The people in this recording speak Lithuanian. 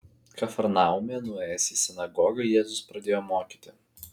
kafarnaume nuėjęs į sinagogą jėzus pradėjo mokyti